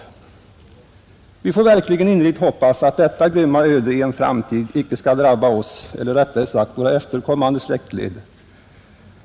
Vi får verkligen innerligt hoppas att detta grymma öde i en framtid icke skall drabba oss eller rättare sagt våra efterkommande släktled.